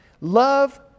love